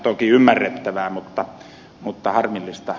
toki ymmärrettävää mutta harmillista